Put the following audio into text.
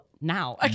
now